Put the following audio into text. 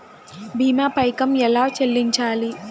భీమా పైకం ఎలా చెల్లించాలి?